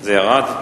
זה ירד.